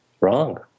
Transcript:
wrong